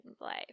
life